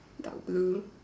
dark blue